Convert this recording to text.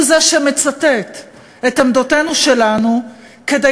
הוא זה שמצטט את עמדותינו שלנו כדי